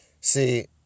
See